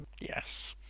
yes